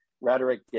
rhetoric